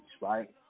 right